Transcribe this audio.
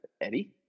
Eddie